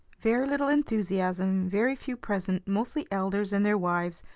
very little enthusiasm, very few present, mostly elders and their wives,